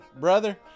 brother